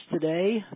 today